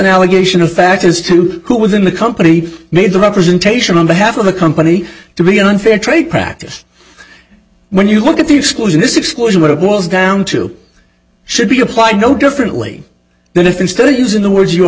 allegation of fact as to who within the company made the representation on behalf of the company to be an unfair trade practice when you look at the schools in this explosion what it was down to should be applied no differently than if i'm still using the words your